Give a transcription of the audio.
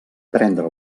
prendre